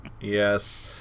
Yes